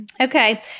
Okay